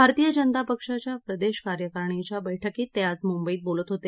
भारतीय जनता पक्षाच्या प्रदेश कार्यकरणीच्या बैठकीत ते आज मुंबईत बोजत होते